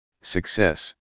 success